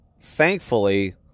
thankfully